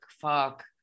fuck